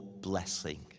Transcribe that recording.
blessing